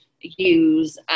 use